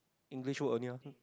English word only ah